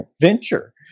venture